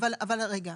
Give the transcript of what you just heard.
אבל תראו, רגע.